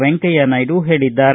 ವೆಂಕಯ್ಯನಾಯ್ಡು ಹೇಳಿದ್ದಾರೆ